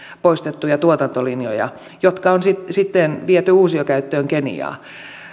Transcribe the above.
poistettuja tuotantolinjoja jotka on sitten sitten viety uusiokäyttöön keniaan